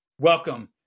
Welcome